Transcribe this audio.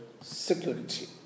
security